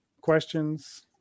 questions